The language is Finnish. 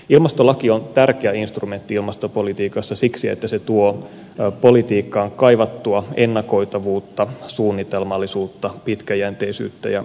ilmastolaki on tärkeä instrumentti ilmastopolitiikassa siksi että se tuo politiikkaan kaivattua ennakoitavuutta suunnitelmallisuutta pitkäjänteisyyttä ja sitovuutta